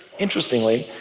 interestingly,